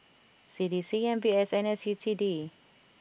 C D C M B S and S U T D